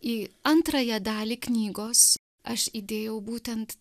į antrąją dalį knygos aš įdėjau būtent